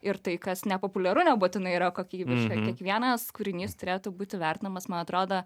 ir tai kas nepopuliaru nebūtinai yra kokybiška kiekvienas kūrinys turėtų būti vertinamas man atrodo